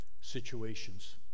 situations